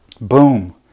Boom